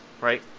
right